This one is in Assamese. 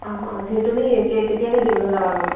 অঁ অঁ থিক তুমি কে কেতিয়াকৈ দিবলৈ যাবা জমা